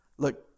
Look